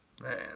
Man